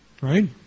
Right